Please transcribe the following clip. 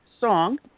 song